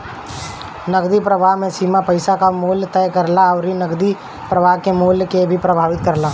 नगदी प्रवाह सीमा पईसा कअ मूल्य तय करेला अउरी नगदी प्रवाह के मूल्य के भी प्रभावित करेला